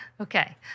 Okay